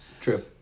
True